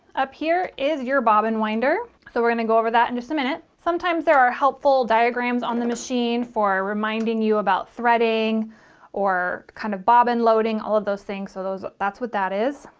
up here is your bobbin winder so we're gonna go over that in and just a minute sometimes there are helpful diagrams on the machine for reminding you about threading or kind of bobbin loading all of those things so those that's what that is.